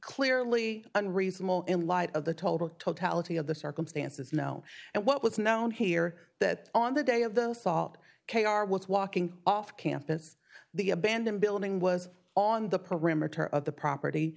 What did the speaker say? clearly reasonable in light of the total totality of the circumstances no and what was known here that on the day of the assault k r was walking off campus the abandoned building was on the perimeter of the property